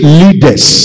leaders